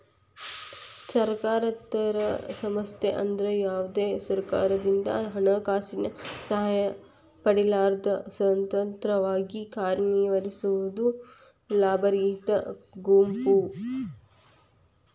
ಸರ್ಕಾರೇತರ ಸಂಸ್ಥೆ ಅಂದ್ರ ಯಾವ್ದೇ ಸರ್ಕಾರದಿಂದ ಹಣಕಾಸಿನ ಸಹಾಯ ಪಡಿಲಾರ್ದ ಸ್ವತಂತ್ರವಾಗಿ ಕಾರ್ಯನಿರ್ವಹಿಸುವ ಲಾಭರಹಿತ ಗುಂಪು